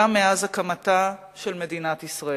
גם מאז הקמתה של מדינת ישראל.